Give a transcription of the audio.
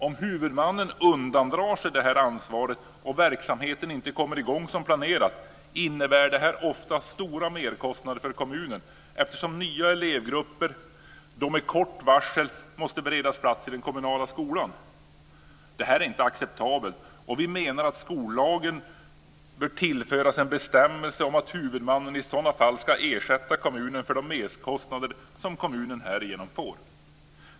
Om huvudmannen undandrar sig detta ansvar och verksamheten inte kommer i gång som planerat innebär det ofta stora merkostnader för kommunen eftersom nya elevgrupper med kort varsel måste beredas plats i den kommunala skolan. Det här är inte acceptabelt. Vi menar att skollagen bör tillföras en bestämmelse om att huvudmannen i sådana fall ska ersätta kommunen för de merkostnader som kommunen härigenom får.